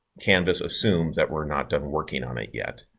canvas assumes that we're not done working on it yet.